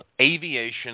Aviation